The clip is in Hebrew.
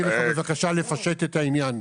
לפשט לך את העניין.